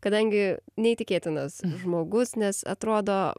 kadangi neįtikėtinas žmogus nes atrodo